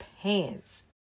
pants